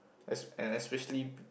S and especially